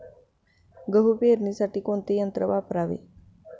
गहू पेरणीसाठी कोणते यंत्र वापरावे?